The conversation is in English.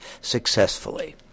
successfully